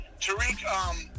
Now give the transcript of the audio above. Tariq